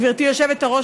גברתי היושבת-ראש,